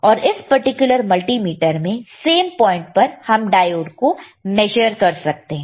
और इस particular multimeter में सेम प्वाइंट पर हम डायोड को मेजर कर सकते हैं